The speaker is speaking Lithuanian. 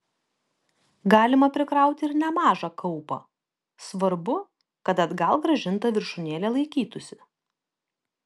galima prikrauti ir nemažą kaupą svarbu kad atgal grąžinta viršūnėlė laikytųsi